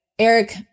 Eric